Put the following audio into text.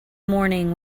morning